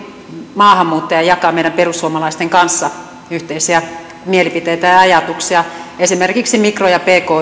maahanmuuttaja jakaa meidän perussuomalaisten kanssa yhteisiä mielipiteitä ja ja ajatuksia esimerkiksi mikro ja pk